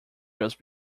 just